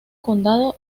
condado